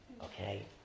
Okay